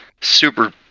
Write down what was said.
super